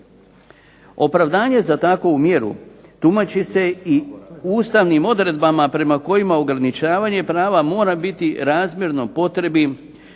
Opravdanje za takvu mjeru tumači se i ustavnim odredbama prema kojima ograničavanje prava mora biti razmjerno potrebi